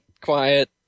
quiet